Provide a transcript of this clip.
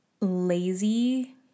lazy